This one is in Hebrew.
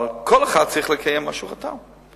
אבל כל אחד צריך לקיים מה שהוא חתם.